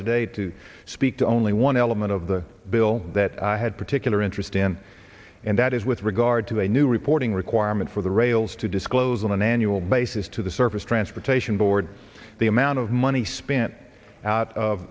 today to speak to only one element of the bill that i had particular interest in and that is with regard to a new reporting requirement for the rails to disclose on an annual basis to the surface transportation board the amount of money spent out of